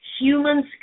Humans